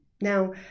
Now